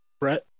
Brett